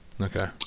Okay